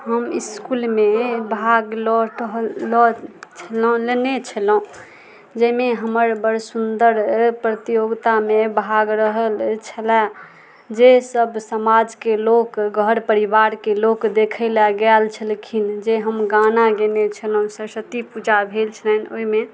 हम स्कूलमे भाग लऽ रहल लऽ छलहुॅं लेने छलहुॅं जाहिमे हमर बड़ सुन्दर प्रतियोगितामे भाग रहल छलए जे सब समाजके लोक घर परिवारके लोक देखय लए गेल छलखिन जे हम गाना गेने छलहुॅं सरस्वती पूजा भेल छलनि ओहिमे